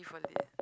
for lit